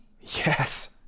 Yes